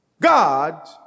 God